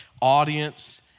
audience